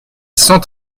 cent